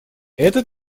это